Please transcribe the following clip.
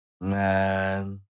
man